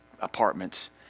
apartments